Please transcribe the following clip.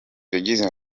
yagize